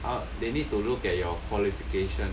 他 they need to look at your qualification